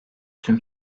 tüm